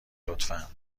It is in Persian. لطفا